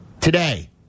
today